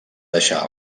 deixar